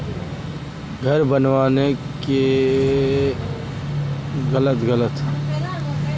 घर बनावे ल बैंक से लोन लेवे ल चाह महिना कैसे मिलतई?